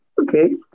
okay